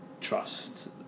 trust